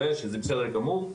שזה בסדר גמור.